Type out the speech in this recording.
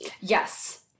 Yes